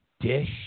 dish